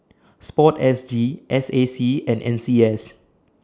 Sport S G S A C and N C S